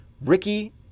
Ricky